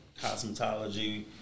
cosmetology